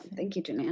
thank you, ginan.